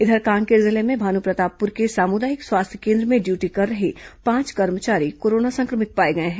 इधर कांकेर जिले में भानुप्रतापपुर के सामुदायिक स्वास्थ्य केंद्र में ड्यूटी कर रहे पांच कर्मचारी कोरोना संक्रमित पाए गए हैं